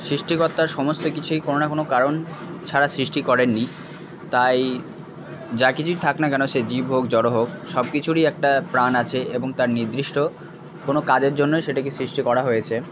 সৃষ্টিকর্তার সমস্ত কিছুই কোনও না কোনও কারণ ছাড়া সৃষ্টি করেন নি তাই যা কিছুই থাক না কেন সে জীব হোক জড় হোক সব কিছুরই একটা প্রাণ আছে এবং তার নির্দিষ্ট কোনও কাজের জন্যই সেটাকে সৃষ্টি করা হয়েছে